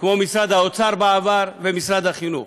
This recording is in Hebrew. כמו משרד האוצר, בעבר, ומשרד החינוך.